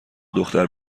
دختر